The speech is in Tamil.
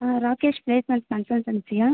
ஆ ராகேஷ் ப்ளேஸ்மெண்ட் கன்சல்டன்சியா